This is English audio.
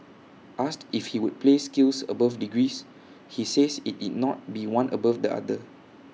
asked if he would place skills above degrees he says IT did not be one above the other